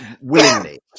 willingly